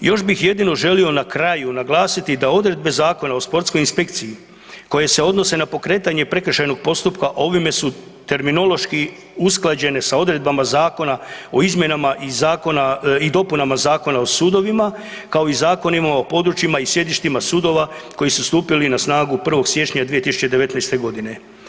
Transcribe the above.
Još bih jedino želio na kraju naglasiti da odredbe Zakona o sportskoj inspekciji koje se odnose na pokretanje prekršajnog postupka ovime su terminološki usklađene sa odredbama Zakona o izmjenama i dopunama Zakona o sudovima kao i Zakonima o područjima i sjedištima sudova koji su stupili na snagu 1. siječnja 2019. godine.